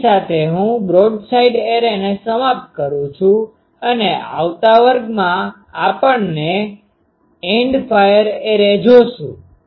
આની સાથે હું બ્રોડસાઇડ એરેને સમાપ્ત કરું છું અને આવતા વર્ગમાં આપણને એન્ડફાયર એરે જોશું